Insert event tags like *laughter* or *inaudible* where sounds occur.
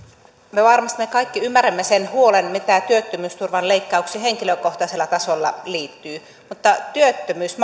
me varmasti kaikki ymmärrämme sen huolen mitä työttömyysturvan leikkaukseen henkilökohtaisella tasolla liittyy mutta työttömyys *unintelligible*